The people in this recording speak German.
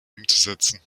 umzusetzen